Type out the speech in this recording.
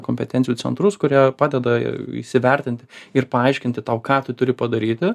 kompetencijų centrus kurie padeda įsivertinti ir paaiškinti tau ką tu turi padaryti